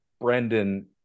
Brendan